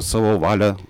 savo valią